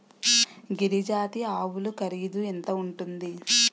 గిరి జాతి ఆవులు ఖరీదు ఎంత ఉంటుంది?